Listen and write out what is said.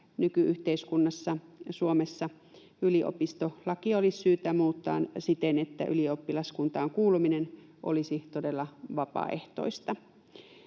nyky-yhteiskunnassa Suomessa yliopistolakia olisi syytä muuttaa siten, että ylioppilaskuntaan kuuluminen todella olisi vapaaehtoista.